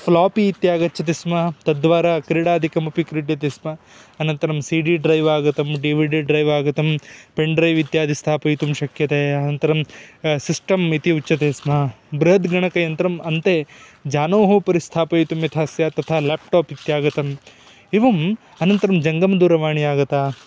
floppy इत्यागच्छति स्म तद् द्वारा क्रीडादिकमपि क्रीड्यते स्म अनन्तरं सि डि ड्रैव् आगतं डि वि डि ड्रैव् आगतं पेन् ड्रैव् इत्यादि स्थापयितुं शक्यते अनन्तरं सिस्टम् इति उच्यते स्म बृहद् गणकयन्त्रम् अन्ते जानोः उपरि स्थापयितुं यथा स्यात् तथा लेप्टाप् इत्यागतम् एवम् अनन्तरं जङ्गमदूरवाणी आगता